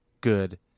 good